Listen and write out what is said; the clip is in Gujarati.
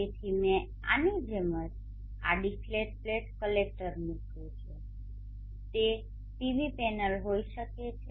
તેથી મેં આની જેમ આડી ફ્લેટ પ્લેટ કલેક્ટર મૂક્યું છે તે પીવી પેનલ હોઈ શકે છે